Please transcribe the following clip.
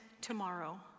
tomorrow